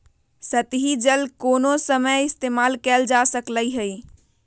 सतही जल कोनो समय इस्तेमाल कएल जा सकलई हई